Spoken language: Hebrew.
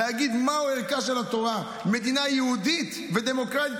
להגיד מהו ערכה של התורה: מדינה יהודית ודמוקרטית,